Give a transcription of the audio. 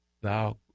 thou